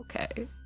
okay